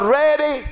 ready